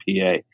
PA